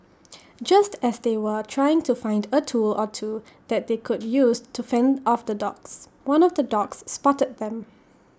just as they were trying to find A tool or two that they could use to fend off the dogs one of the dogs spotted them